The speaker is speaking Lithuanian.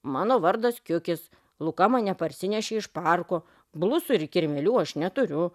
mano vardas kiukis luka mane parsinešė iš parko blusų ir kirmėlių aš neturiu